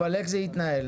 אבל איך זה יתנהל?